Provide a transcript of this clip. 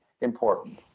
important